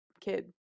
kid